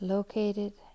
Located